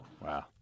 Wow